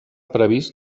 previst